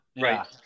Right